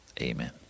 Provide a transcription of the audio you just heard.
Amen